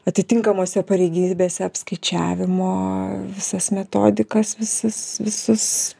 atitinkamose pareigybėse apskaičiavimo visas metodikas visus visus